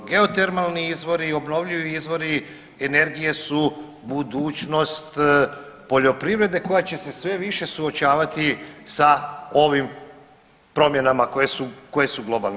Geotermalni izvori i obnovljivi izvori energije su budućnost poljoprivrede koja će se sve više suočavati sa ovim promjenama koje su globalne.